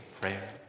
prayer